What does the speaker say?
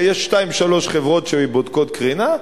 יש שתיים-שלוש חברות שבודקות קרינה,